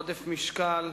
עודף משקל,